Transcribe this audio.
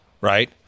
right